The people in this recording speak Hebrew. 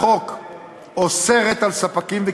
מתמטית,